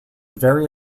very